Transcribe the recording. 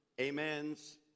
amens